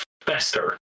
fester